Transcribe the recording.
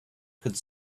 could